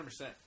100%